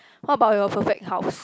what about your perfect house